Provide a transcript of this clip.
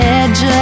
edge